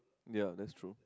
ya that's true